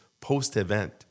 post-event